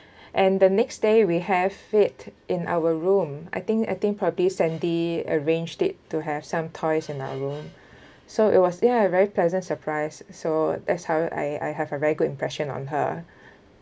and the next day we have it in our room I think I think probably sandy arranged it to have some toys in our room so it was ya very pleasant surprise so that's how I I have a very good impression on her